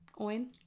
oin